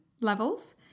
levels